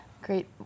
great